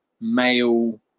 male